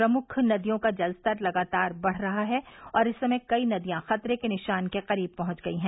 प्रमुख नदियों का जलस्तर लगातार बढ़ रहा है और इस समय कई नदियां खतरे के निशान के करीब पहुंच गई हैं